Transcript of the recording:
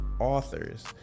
authors